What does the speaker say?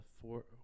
four